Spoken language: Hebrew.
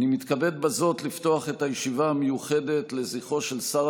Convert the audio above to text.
אני מתכבד בזאת לפתוח את הישיבה המיוחדת לזכרו של שר